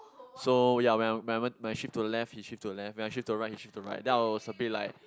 so ya when I when I when I shift to the left he shift to the left when I shift to the right he shift to the right then I was a bit like